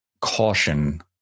caution